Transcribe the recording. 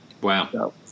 Wow